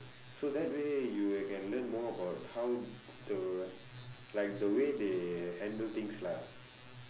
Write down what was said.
so that way you can learn more about how to like the way they handle things lah